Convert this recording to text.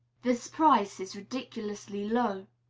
this price is ridiculously low,